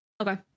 Okay